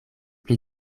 pli